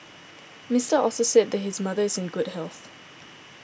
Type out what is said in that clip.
Mister Also said his mother is in good health